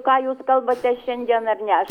ką jūs kalbate šiandien ar ne